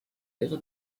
ihre